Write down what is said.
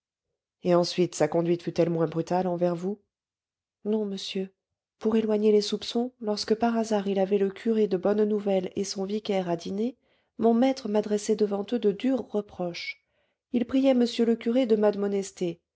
et ensuite sa conduite fut-elle moins brutale envers vous non monsieur pour éloigner les soupçons lorsque par hasard il avait le curé de bonne-nouvelle et son vicaire à dîner mon maître m'adressait devant eux de durs reproches il priait m le curé de